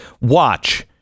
Watch